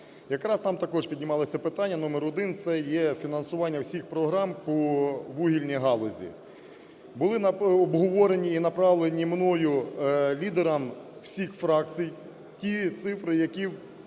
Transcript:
Якраз там також піднімалося питання номер 1 – це є фінансування всіх програм по вугільній галузі. Були обговорені і направлені мною лідерам всіх фракцій ті цифри, які